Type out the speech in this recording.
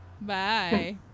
Bye